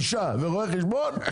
אישה ורואה חשבון,